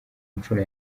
nshuro